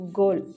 goal